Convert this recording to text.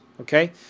okay